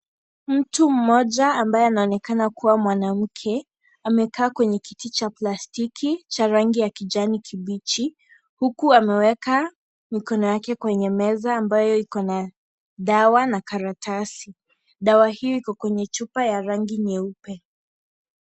Mtu mmoja ambaye anaonekana kuwa mwanamke amekaa kwenye kiti cha plastiki cha rangi ya kijani kibichi huku ameweka mikono yake kwenye meza ambayo ikona dawa na karatasi, dawa hio iko kwa chupa ya rangi nyeupe.